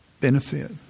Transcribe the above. benefit